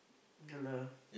ya lah